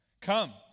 Come